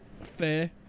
fair